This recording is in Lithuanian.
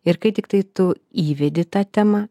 ir kai tiktai tu įvedi tą temą